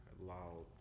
loud